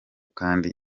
kandi